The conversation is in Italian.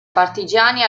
partigiani